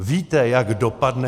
Víte, jak dopadne.